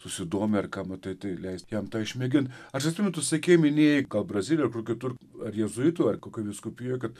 susidomi ar ką matai tai leist jam išmėgint aš atsimenu tu sakei minėjai gal brazilijoj ar kur kitur ar jėzuitų ar kokioj vyskupijoj kad